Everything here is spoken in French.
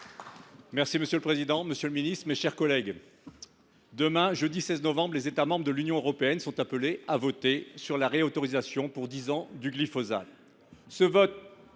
Monsieur le président, monsieur le ministre, mes chers collègues, demain, jeudi 16 novembre, les États membres de l’Union européenne sont appelés à voter sur la réautorisation pour dix ans du glyphosate.